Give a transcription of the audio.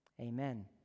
Amen